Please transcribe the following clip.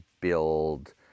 build